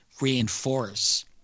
reinforce